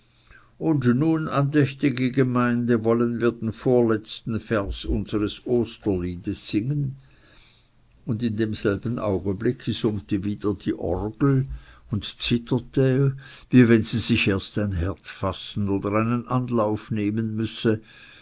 und nun andächtige gemeinde wollen wir den vorletzten vers unsres osterliedes singen und in demselben augenblicke summte wieder die orgel und zitterte wie wenn sie sich erst ein herz fassen oder einen anlauf nehmen müsse